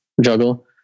juggle